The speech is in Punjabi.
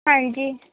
ਹਾਂਜੀ